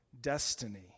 destiny